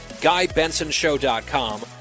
GuyBensonShow.com